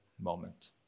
moment